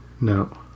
No